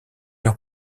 leur